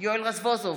יואל רזבוזוב,